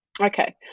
Okay